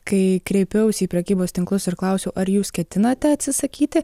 kai kreipiausi į prekybos tinklus ir klausiau ar jūs ketinate atsisakyti